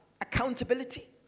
accountability